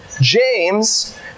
James